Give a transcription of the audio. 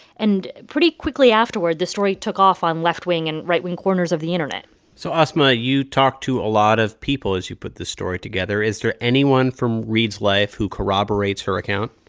and pretty quickly afterward, the story took off on left-wing and right-wing corners of the internet so, asma, you talked to a lot of people as you put this story together. is there anyone from reade's life who corroborates her account?